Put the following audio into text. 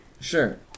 Sure